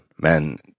men